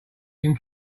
can